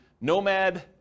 Nomad